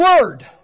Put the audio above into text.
word